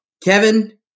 Kevin